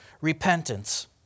repentance